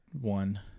one